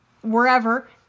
wherever